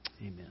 amen